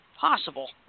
possible